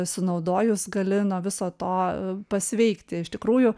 sunaudojus gali nuo viso to pasveikti iš tikrųjų